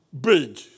big